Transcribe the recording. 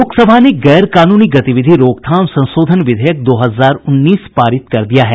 लोकसभा ने गैरकानूनी गतिविधि रोकथाम संशोधन विधेयक दो हजार उन्नीस पारित कर दिया है